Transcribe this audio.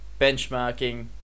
benchmarking